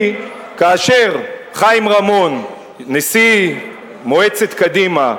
כי כאשר חיים רמון, נשיא מועצת קדימה,